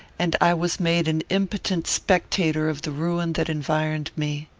and i was made an impotent spectator of the ruin that environed me.